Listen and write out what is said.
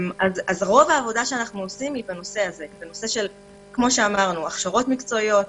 רוב העבודה שאנו עושים היא בנושא הזה הכשרות מקצועיות,